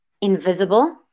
invisible